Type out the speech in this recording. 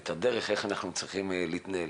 ואת הדרך איך אנחנו צריכים להתנהל,